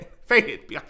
Faded